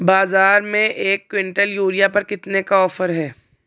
बाज़ार में एक किवंटल यूरिया पर कितने का ऑफ़र है?